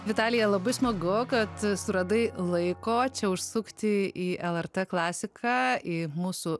vitalija labai smagu kad suradai laiko čia užsukti į lrt klasiką į mūsų